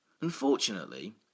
Unfortunately